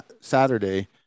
Saturday